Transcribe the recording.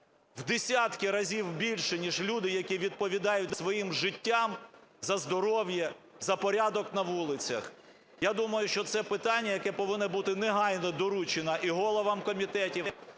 в десятки разів більше, ніж люди, які відповідають своїм життям за здоров'я, за порядок на вулицях. Я думаю, що це питання, яке повинно бути негайно доручено і головам комітетів,